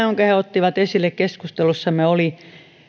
jonka he ottivat esille keskustelussamme oli